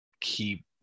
keep